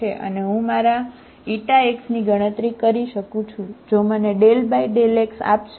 છે અને હું મારા x ની ગણતરી કરી શકું છું તે મને ∂x આપશે